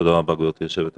תודה רבה, גברתי יושבת-הראש.